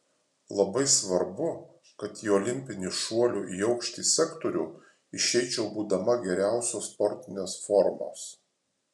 labai svarbu kad į olimpinį šuolių į aukštį sektorių išeičiau būdama geriausios sportinės formos